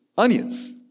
onions